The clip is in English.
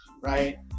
right